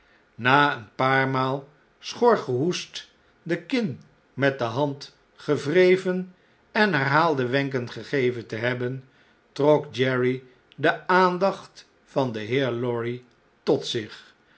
na een paar maal schor gehoest de kin met de hand gewreven en herhaalde wenken gegeven te hebben trok jerry de aandacht van den heer lorry tot zich